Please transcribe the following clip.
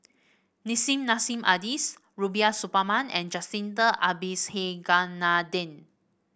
Nissim Nassim Adis Rubiah Suparman and Jacintha Abisheganaden